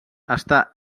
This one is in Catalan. està